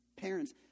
Parents